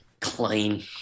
Clean